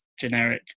generic